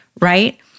right